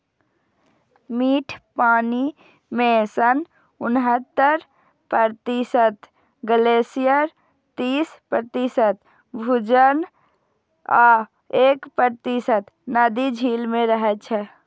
मीठ पानि मे सं उन्हतर प्रतिशत ग्लेशियर, तीस प्रतिशत भूजल आ एक प्रतिशत नदी, झील मे रहै छै